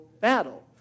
battle